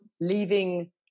leaving